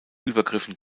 übergriffen